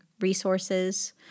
resources